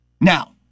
Now